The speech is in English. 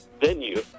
venue